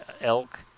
elk